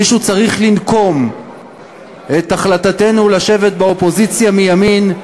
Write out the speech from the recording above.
מישהו צריך לנקום את החלטתנו לשבת באופוזיציה מימין,